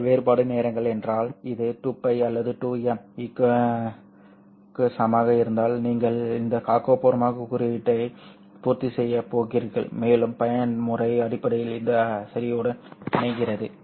இந்த வேறுபாடு நேரங்கள் என்றால் இது 2π அல்லது 2m க்கு சமமாக இருந்தால் நீங்கள் இந்த ஆக்கபூர்வமான குறுக்கீட்டை பூர்த்தி செய்யப் போகிறீர்கள் மேலும் பயன்முறை அடிப்படையில் அந்த சரிவுடன் இணைகிறது